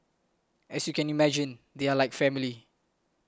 as you can imagine they are like family